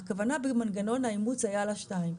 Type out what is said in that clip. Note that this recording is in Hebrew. היו שתיים.